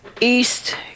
East